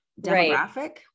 demographic